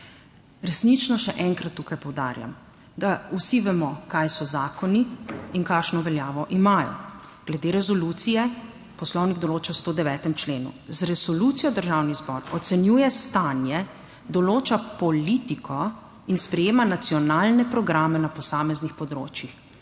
Resnično, še enkrat tukaj poudarjam, da vsi vemo kaj so zakoni in kakšno veljavo imajo. Glede resolucije, Poslovnik določa v 109. členu, z resolucijo Državni zbor ocenjuje stanje, določa 13. TRAK (VI) 15.00 (nadaljevanje) politiko in sprejema nacionalne programe na posameznih področjih.